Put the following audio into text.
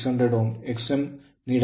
Xm ನೀಡಲಾಗಿದೆ